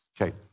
Okay